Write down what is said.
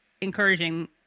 encouraging